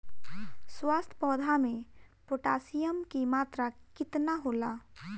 स्वस्थ पौधा मे पोटासियम कि मात्रा कितना होला?